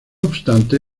obstante